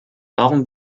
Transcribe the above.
warum